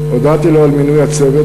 והודעתי לו על מינוי הצוות.